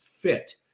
fit